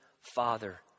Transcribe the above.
father